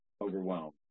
Overwhelmed